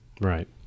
Right